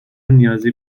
نیازی